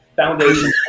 Foundation